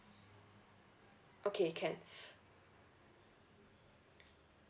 okay can